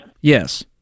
Yes